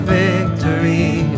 victory